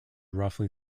roughly